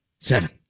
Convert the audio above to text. seven